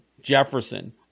Jefferson